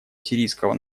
сирийского